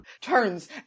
turns